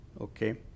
okay